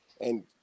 and-